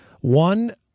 One